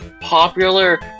popular